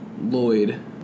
Lloyd